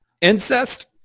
Incest